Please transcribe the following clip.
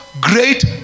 great